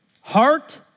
Heart